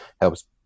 helps